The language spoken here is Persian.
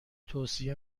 توصیه